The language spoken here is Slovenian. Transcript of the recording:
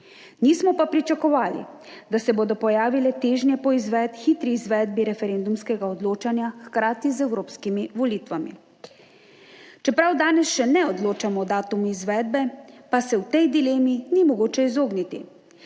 Nismo pa pričakovali, da se bodo pojavile težnje po hitri izvedbi referendumskega odločanja, hkrati z evropskimi volitvami. Čeprav danes še ne odločamo o datumu izvedbe, pa se v tej dilemi ni mogoče izogniti.